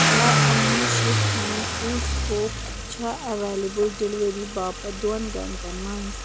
کیٛاہ Amul shrikhand cool scoop چھا available delivery باپتھ دۄن گھَنٹَن منٛز